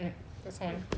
mm the sand